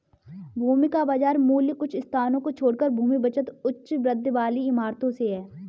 भूमि का बाजार मूल्य कुछ स्थानों को छोड़कर भूमि बचत उच्च वृद्धि वाली इमारतों से है